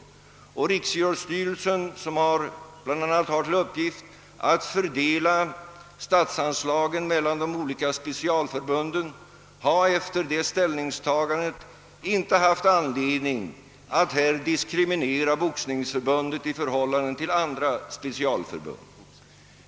Riksidrottsstyrelsen, som bl.a. har till uppgift att fördela statsanslagen mellan de olika specialförbunden, har efter detta ställningstagande inte funnit anledning att diskriminera Boxningsförbundet i förhållande till andra specialförbund.